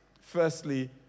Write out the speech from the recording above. firstly